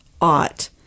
ought